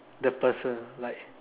the person like